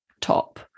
top